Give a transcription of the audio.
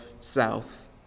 South